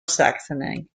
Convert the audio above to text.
saxony